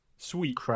Sweet